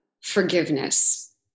Forgiveness